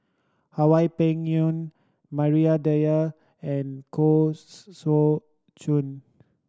Hwa Peng Yun Maria Dyer and Koh Saw Chun